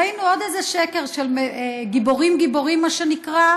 ראינו עוד איזה שקר של גיבורים גיבורים, מה שנקרא,